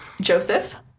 Joseph